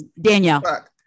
Danielle